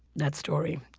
that story,